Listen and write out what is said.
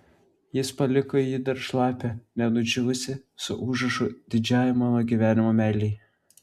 jis paliko jį dar šlapią nenudžiūvusį su užrašu didžiajai mano gyvenimo meilei